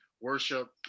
worship